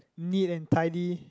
neat and tidy